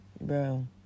bro